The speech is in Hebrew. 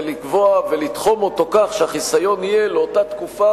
ולקבוע ולתחום אותו כך שהחיסיון יהיה לאותה תקופה